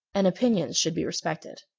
and opinions should be respected.